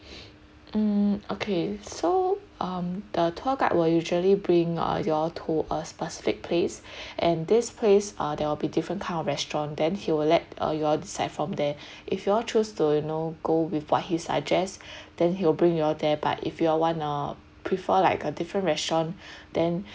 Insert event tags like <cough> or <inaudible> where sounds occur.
<noise> mm okay so um the tour guide will usually bring uh you all to a specific place and this place uh they'll be different kind of restaurant then he will let uh you all decide from there if you all choose to you know go with what he suggest then he'll bring you all there but if you all want or prefer like a different restaurant then